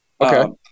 Okay